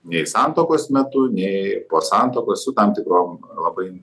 nei santuokos metu nei po santuokos su tam tikrom labai